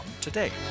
today